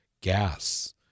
gas